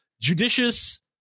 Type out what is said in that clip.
judicious